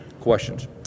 Questions